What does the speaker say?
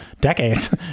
decades